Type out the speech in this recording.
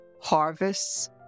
harvests